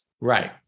Right